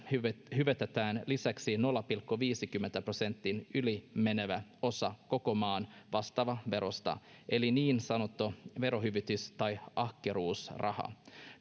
hyvitetään lisäksi nolla pilkku viidenkymmenen prosentin ylimenevä osa koko maan vastaavasta verosta eli niin sanottu verohyvitys tai ahkeruusraha